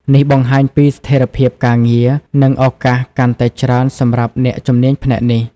នេះបង្ហាញពីស្ថិរភាពការងារ និងឱកាសកាន់តែច្រើនសម្រាប់អ្នកជំនាញផ្នែកនេះ។